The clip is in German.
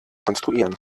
konstruieren